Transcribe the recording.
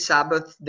Sabbath